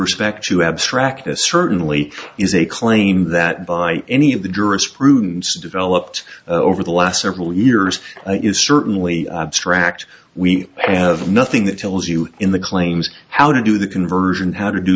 respect to abstract this certainly is a claim that by any of the jurisprudence developed over the last several years is certainly abstract we have nothing that tells you in the claims how to do the conversion how to do